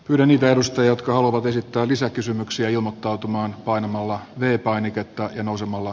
yhden ideoista jotka haluavat esittää lisäkysymyksiä ilmottautumaan painamalla työ painiketta ja nousemalla